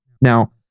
now